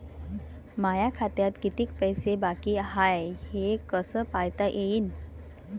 माया खात्यात कितीक पैसे बाकी हाय हे कस पायता येईन?